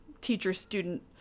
teacher-student